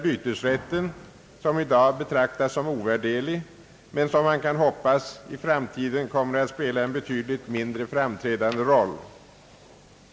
Bytesrätten betraktas i dag som ovärderlig, men man kan hoppas att den i framtiden kommer att spela en betydligt mindre framträdande roll.